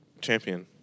champion